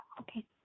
Okay